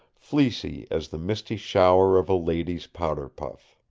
fleecy as the misty shower of a lady's powder puff.